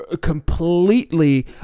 completely